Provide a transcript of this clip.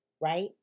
right